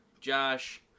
Josh